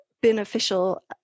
beneficial